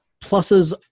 pluses